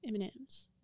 M&M's